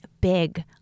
big